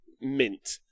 mint